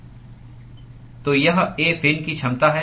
तो यह A fin की क्षमता है